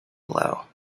below